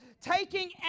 Taking